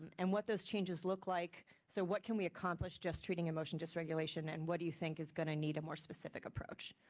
and what those changes look like so what can we accomplish just treating emotion dysregulation and what do you think is going to need a more specific approach?